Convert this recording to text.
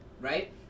right